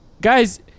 guys